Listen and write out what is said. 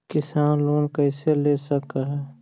किसान लोन कैसे ले सक है?